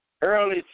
early